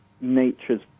nature's